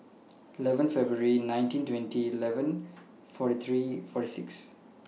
eleven February nineteen twenty eleven forty three forty six